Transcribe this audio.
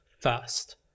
first